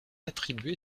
attribué